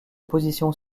positions